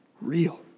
real